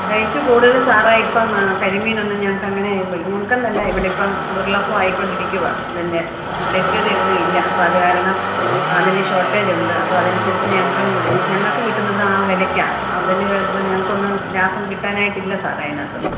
rate കൂടുതല് sir ഇപ്പം കരിമീനൊന്നും ഞങ്ങൾക്ക് അങ്ങനെ ഞങ്ങൾക്കെന്നല്ല ഇവിടിപ്പം ദുർലഭമായി കൊണ്ടിരിക്കുകയാണ് അതിൻ്റെ ലഭ്യതയൊന്നും ഇല്ല അപ്പം അത് കാരണം അതിന് ഷോർട്ടേജുണ്ട് അപ്പം അതനുസരിച്ച് ഞങ്ങൾക്കും ഞങ്ങൾക്ക് കിട്ടുന്നത് ആ വിലയ്ക്കാണ് അതിന് ഞങ്ങൾക്കൊന്നും ലാഭം കിട്ടാനായിട്ടില്ല സാറേ അതിനകത്ത് നിന്ന്